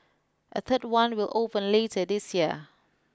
a third one will open later this year